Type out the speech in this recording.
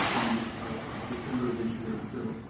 congress by december of this year. so,